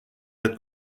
êtes